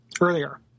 Earlier